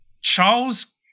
Charles